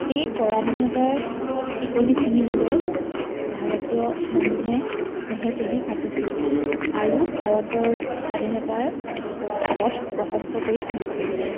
সেই পৰাধীনতাৰ শিকলি চিঙিবলৈ ভাৰতীয় মানুহে দেহে কেহে খাটিছিল আৰু ভাৰতৰ স্বাধীনতাৰ পথ প্ৰশস্ত কৰি তুলিছিল